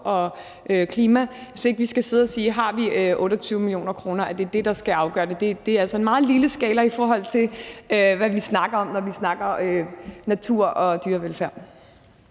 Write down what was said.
og klima. Jeg synes ikke, at vi skal sidde og spørge, om vi har 28 mio. kr. til det, altså at det er det, der skal afgøre det. Det er altså en meget lille skala, i forhold til hvad vi snakker om, når vi snakker natur og dyrevelfærd.